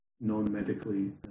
non-medically